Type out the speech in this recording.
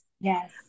Yes